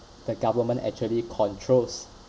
the government actually controls